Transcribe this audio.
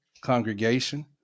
congregation